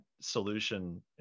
solution